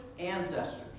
Ancestors